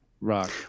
rock